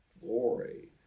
glory